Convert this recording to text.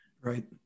Right